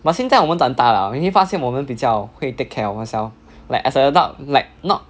but 现在我们长大了你会发现我们比较会 take care of ourself like as an adult like not